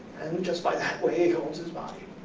and we just by that way he holds his body.